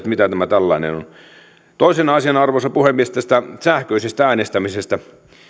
mitä tämä tällainen on toisena asiana arvoisa puhemies tästä sähköisestä äänestämisestä